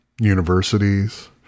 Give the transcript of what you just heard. universities